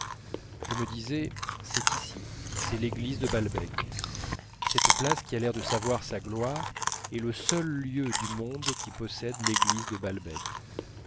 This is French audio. je me disais c'est ici c'est l'église de balbec cette place qui a l'air de savoir sa gloire est le seul lieu du monde qui possède l'église de balbec